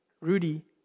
Rudy